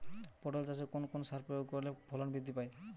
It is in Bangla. পটল চাষে কোন কোন সার প্রয়োগ করলে ফলন বৃদ্ধি পায়?